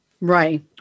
Right